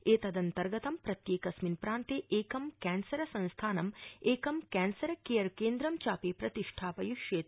एतदन्तर्गतं प्रत्येकस्मिन् प्रान्ते एकं कैन्सर संस्थानं एकं कैन्सर केयर केन्द्रं चापि प्रतिष्ठापयिष्येते